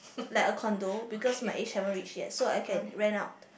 like a condo because my age haven't reach yet so I can rent out